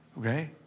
okay